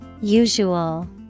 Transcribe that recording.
Usual